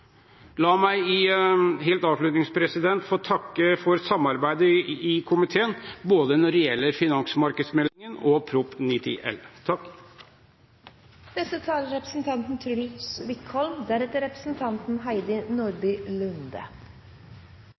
La meg helt avslutningsvis få takke for samarbeidet i komiteen når det gjelder både finansmarkedsmeldingen og Prop. 90 L.